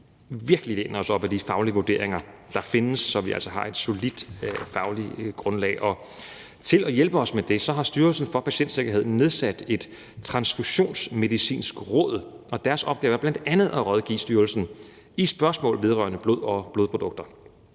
virkelig læner os op ad de faglige vurderinger, der findes, så vi altså får et solidt fagligt grundlag. Til at hjælpe os med det har Styrelsen for Patientsikkerhed nedsat et Transfusionsmedicinsk råd, og deres opgave er bl.a. at rådgive styrelsen i spørgsmål vedrørende blod og blodprodukter.